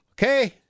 Okay